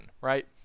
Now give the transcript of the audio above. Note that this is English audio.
right